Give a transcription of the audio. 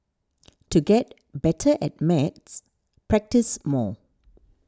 to get better at maths practise more